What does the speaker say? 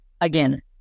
Again